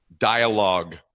dialogue